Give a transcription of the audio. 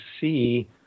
see